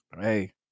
Hey